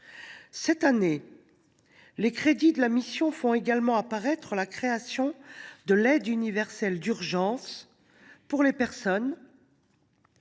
Cette année, les crédits de la mission traduisent également la création de l’aide universelle d’urgence pour les personnes